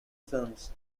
films